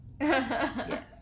Yes